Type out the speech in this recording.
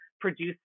produce